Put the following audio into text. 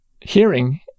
hearing